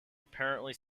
apparently